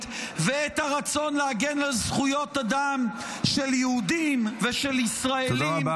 ואת הרצון להגן על זכויות אדם של יהודים ושל ישראלים,